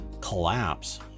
collapse